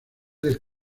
del